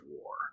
war